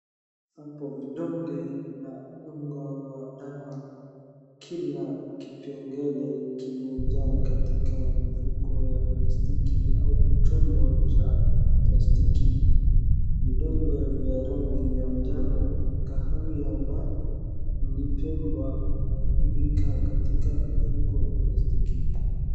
hapo vidonge wa unga la dawa kila kipengele kimejaa katika mifuko ya plastiki au chombo cha plastiki .Vidonge vya rangi ya manjano na khawia imetengwa katika mifuko ya plastiki